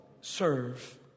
serve